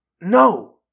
No